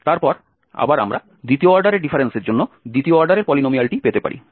আমরা আবার দ্বিতীয় অর্ডারের ডিফারেন্সের জন্য দ্বিতীয় অর্ডারের পলিনোমিয়ালটি পেতে পারি